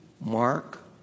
Mark